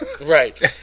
Right